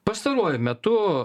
pastaruoju metu